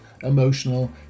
emotional